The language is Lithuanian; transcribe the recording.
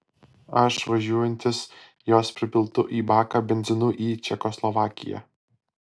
aš važiuojantis jos pripiltu į baką benzinu į čekoslovakiją